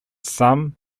some